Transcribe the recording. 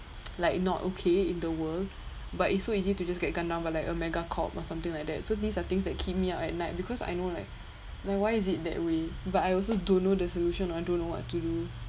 like not okay in the world but it's so easy to just get gunned down by like a megacorp or something like that so these are things that keep me up at night because I know like like why is it that way but I also don't know the solution or don't know what to do